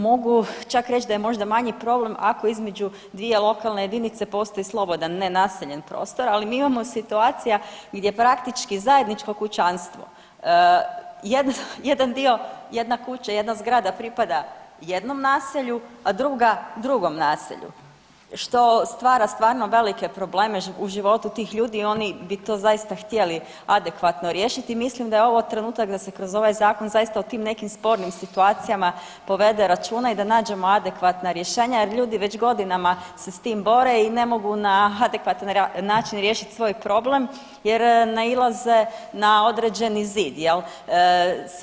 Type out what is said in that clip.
Mogu čak reći da je možda manji problem ako između dvije lokalne jedinice postoji slobodan nenaseljen prostor, ali mi imamo situacija gdje praktički zajedničko kućanstvo, jedan dio, jedna kuća, jedna zgrada pripada jednom naselju, a druga drugom naselju što stvara stvarno velike probleme u životu tih ljudi, oni bi to zaista htjeli adekvatno riješiti i mislim da je ovo trenutak da se kroz ovaj Zakon zaista o tim nekim spornim situacijama povede računa i da nađemo adekvatna rješenje jer ljudi već godinama se s tim bore i ne mogu na adekvatan način riješiti svoj problem jer nailaze na određeni zid, je li?